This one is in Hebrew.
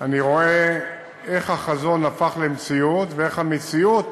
אני רואה איך החזון הפך למציאות, ואיך המציאות